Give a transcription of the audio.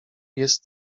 jest